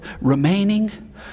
remaining